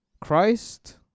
Christ